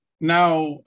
Now